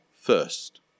first